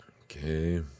Okay